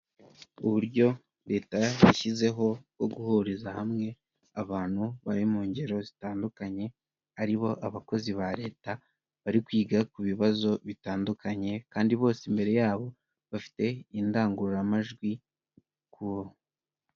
Uburyo leta yashyizeho bwo guhuriza hamwe abantu bari mu ngero zitandukanye aribo abakozi ba leta bari kwiga ku bibazo bitandukanye kandi bose imbere y'abo bafite indangururamajwi ku.